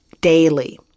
daily